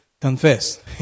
confess